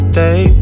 day